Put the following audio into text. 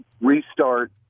Restart